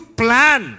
plan